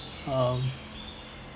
um